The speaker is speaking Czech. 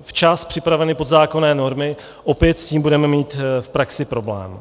včas připraveny podzákonné normy, opět s tím budeme mít v praxi problém.